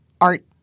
art